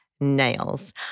nails